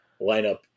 lineup